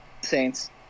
Saints